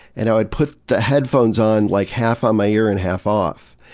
and i would put the headphones on like half on my ear and half off,